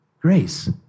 grace